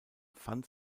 fand